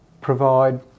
provide